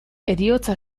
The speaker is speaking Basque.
heriotza